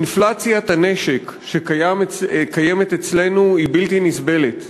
אינפלציית הנשק שקיימת אצלנו היא בלתי נסבלת.